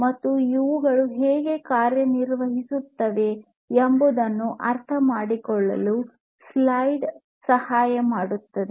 ಮತ್ತು ಇವುಗಳು ಹೇಗೆ ಕಾರ್ಯನಿರ್ವಹಿಸುತ್ತವೆ ಎಂಬುದನ್ನು ಅರ್ಥಮಾಡಿಕೊಳ್ಳಲು ಸ್ಲೈಡ್ ಸಹಾಯ ಮಾಡುತ್ತದೆ